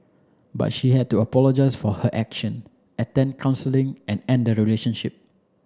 but she had to apologise for her action attend counselling and end the relationship